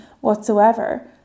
whatsoever